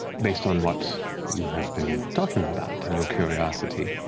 based on what you have been talking about and your curiosity,